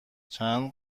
چند